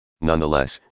Nonetheless